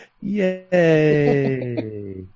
Yay